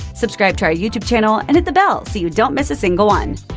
subscribe to our youtube channel and hit the bell so you don't miss a single one.